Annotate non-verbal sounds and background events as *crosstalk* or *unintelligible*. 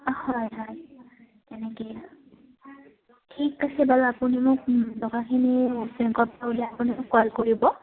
হয় হয় তেনেকেই ঠিক আছে বাৰু আপুনি মোক টকাখিনি *unintelligible*